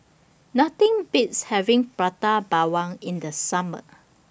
Nothing Beats having Prata Bawang in The Summer